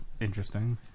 interesting